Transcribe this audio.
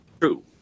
true